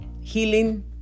healing